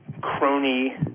crony